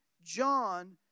John